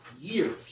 years